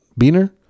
Beaner